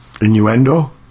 Innuendo